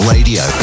Radio